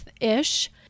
ish